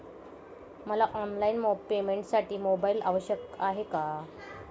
मला ऑनलाईन पेमेंटसाठी मोबाईल आवश्यक आहे का?